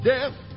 Death